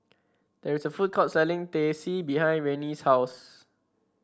there is a food court selling Teh C behind Rennie's house